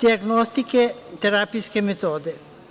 dijagnostike, terapijske metode.